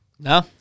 No